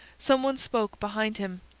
some one spoke behind him.